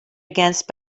against